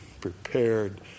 prepared